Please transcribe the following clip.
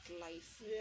life